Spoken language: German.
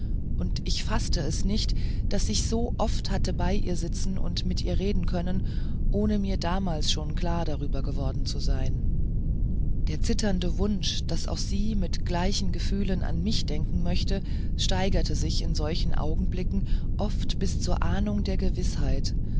und ich faßte es nicht daß ich so oft hatte bei ihr sitzen und mit ihr reden können ohne mir damals schon klar darüber geworden zu sein der zitternde wunsch daß auch sie mit gleichen gefühlen an mich denken möchte steigerte sich in solchen augenblicken oft bis zur ahnung der gewißheit